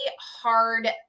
hard